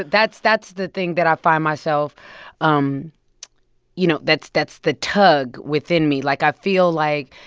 that's that's the thing that i find myself um you know, that's that's the tug within me. like, i feel like,